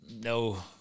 no